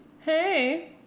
hey